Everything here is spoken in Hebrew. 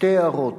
שתי הערות.